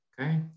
Okay